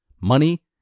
money